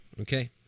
Okay